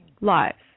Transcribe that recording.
lives